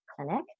Clinic